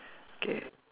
okay